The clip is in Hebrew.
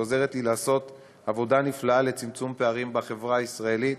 שעוזרת לי לעשות עבודה נפלאה לצמצום פערים בחברה הישראלית,